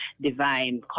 divine